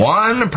one